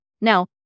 Now